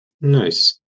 Nice